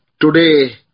Today